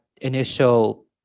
initial